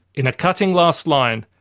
in a cutting last line,